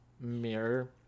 mirror